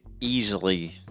easily